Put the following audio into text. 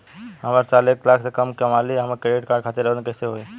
हम हर साल एक लाख से कम कमाली हम क्रेडिट कार्ड खातिर आवेदन कैसे होइ?